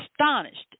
astonished